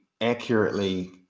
accurately